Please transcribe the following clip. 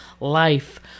life